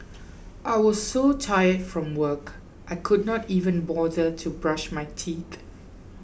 I was so tired from work I could not even bother to brush my teeth